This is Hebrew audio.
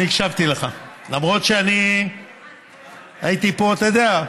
אני הקשבתי לך, למרות שאני הייתי פה, אתה יודע.